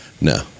No